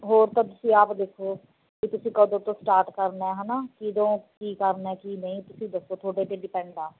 ਹੋਰ ਤਾਂ ਤੁਸੀਂ ਆਪ ਦੇਖੋ ਕਿ ਤੁਸੀਂ ਕਦੋਂ ਤੋਂ ਸਟਾਰਟ ਕਰਨਾ ਹੈ ਨਾ ਕਦੋਂ ਕੀ ਕਰਨਾ ਕੀ ਨਹੀਂ ਤੁਸੀਂ ਦੱਸੋ ਤੁਹਾਡੇ 'ਤੇ ਡਿਪੈਂਡ ਆ